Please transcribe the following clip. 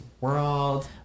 world